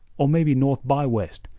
or maybe north by west,